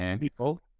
people